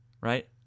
right